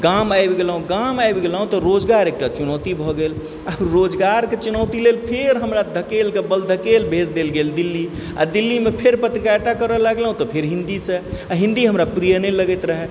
गाम आबि गेलहुँ गाम आबि गेलहुँ तऽ रोजगार एकटा चुनौती भऽ गेल आ रोजगारके चुनौती लेल फेर हमरा धकेलि कऽ बल धकेल भेज देल गेल दिल्ली आ दिल्लीमे फेर पत्रकारिता करय लगलहुँ तऽ फेर हिन्दीसँ आ हिन्दी हमरा प्रिय नहि लगैत रहए